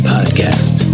Podcast